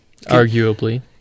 Arguably